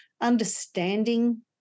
understanding